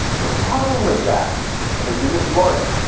the problem with that, and if you're just learning,